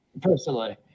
Personally